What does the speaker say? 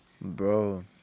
Bro